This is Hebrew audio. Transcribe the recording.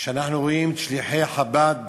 כשאנחנו רואים את שליחי חב"ד